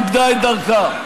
איבדה את דרכה,